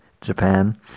Japan